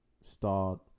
start